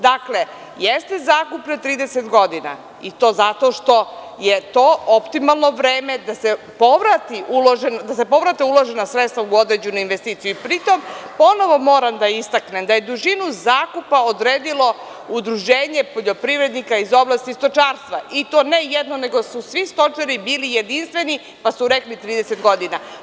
Dakle, jeste zakup na 30 godina, i to zato što je to optimalno vreme da se povrate uložena sredstva u određenu investiciju, pri tom, ponovo moram da istaknem da je dužinu zakupa odredilo Udruženje poljoprivrednika iz oblasti stočarsva, i to ne jedno, nego su svi stočari bili jedinstveni pa su rekli 30 godina.